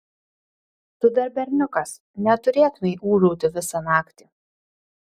tu dar berniukas neturėtumei ūžauti visą naktį